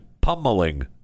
pummeling